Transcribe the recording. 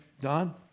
Don